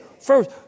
first